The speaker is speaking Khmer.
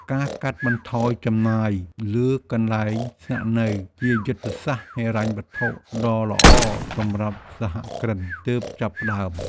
ការកាត់បន្ថយចំណាយលើកន្លែងស្នាក់នៅជាយុទ្ធសាស្ត្រហិរញ្ញវត្ថុដ៏ល្អសម្រាប់សហគ្រិនទើបចាប់ផ្ដើម។